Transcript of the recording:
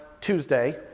Tuesday